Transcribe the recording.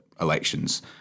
elections